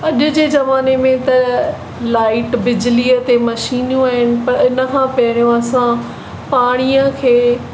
अॼु जे ज़माने में त लाइट बिजलीअ ते मशीनियूं आहिनि पर इनखां पहिरियों असां पाणीअ खे